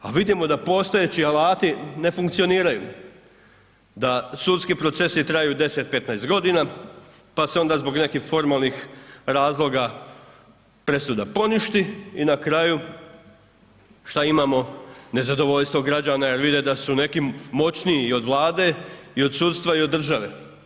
A vidimo da postojeći alati ne funkcioniraju, da sudski procesi traju 10, 15 g. pa se onda zbog nekih formalnih razloga presuda poništi i na kraju šta imamo, nezadovoljstvo građana jer vide da su neki moćniji i od Vlade i od sudstva i od države.